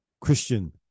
Christian